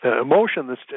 emotion